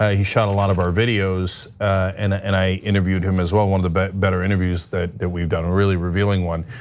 ah he shot a lot of our videos and ah and i interviewed him as well. one of the better better interviews that that we've done a really revealing one,